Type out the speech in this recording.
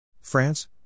France